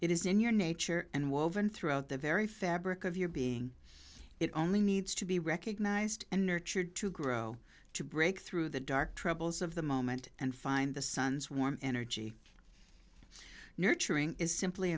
it is in your nature and woven throughout the very fabric of your being it only needs to be recognized and nurtured to grow to break through the dark troubles of the moment and find the sun's warm energy nurturing is simply